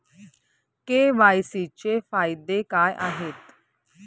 KYC चे फायदे काय आहेत?